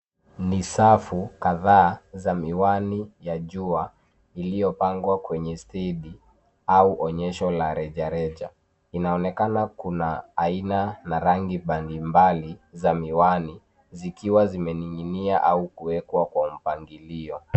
Ni safu kadhaa za miwani ya jua iliyopangwa kwenye stedi au onyesho la rejareja. Inaonekana kuna aina na rangi mbalimbali za miwani zikiwa zimening'inia au kuwekwa kwa mpangilio.